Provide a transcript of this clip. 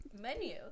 menu